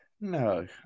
No